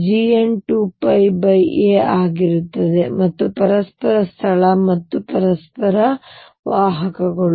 ಆದ್ದರಿಂದ Gn 2πa ಆಗಿರುತ್ತದೆ ಮತ್ತು ಹೀಗೆ ಪರಸ್ಪರ ಸ್ಥಳ ಅಥವಾ ಪರಸ್ಪರ ಜಾಲರಿ ವಾಹಕಗಳು